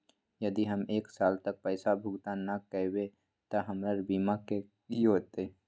यदि हम एक साल तक पैसा भुगतान न कवै त हमर बीमा के की होतै?